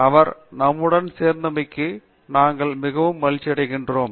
அவர் நம்முடன் சேர்த்தமைக்கு நாங்கள் மிகவும் மகிழ்ச்சியடைகிறோம்